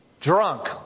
Drunk